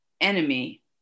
enemy